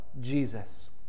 Jesus